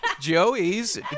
joey's